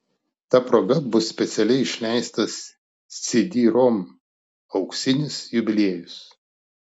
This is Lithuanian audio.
ta proga bus specialiai išleistas cd rom auksinis jubiliejus